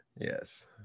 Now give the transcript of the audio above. yes